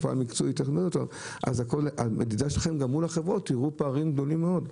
תראו מול החברות פערים גדולים מאוד.